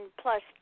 plus